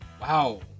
Wow